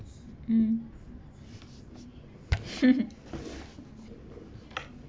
mm